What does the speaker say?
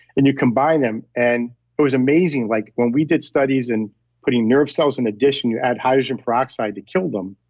and you combine them and it was amazing. like when we did studies in putting nerve cells in a dish and you add hydrogen peroxide to kill them,